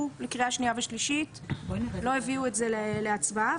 לקריאה שנייה ושלישית ולא הובאו להצבעה,